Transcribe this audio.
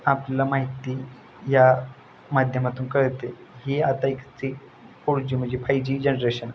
आपल्याला माहिती या माध्यमातून कळते ही आता एक फोर जी म्हणजे फाई जी जनरेशन